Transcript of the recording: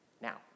now